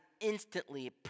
instantly